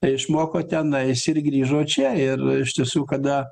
išmoko tenais ir grįžo čia ir iš tiesų kada